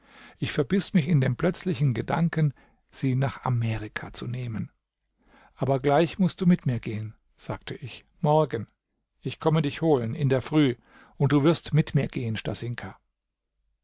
ich verbiß mich in dem plötzlichen gedanken sie nach amerika zu nehmen aber gleich mußt du mit mir gehen sagte ich morgen ich komme dich holen in der früh und du wirst mit mir gehen